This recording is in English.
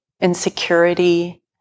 insecurity